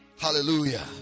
Hallelujah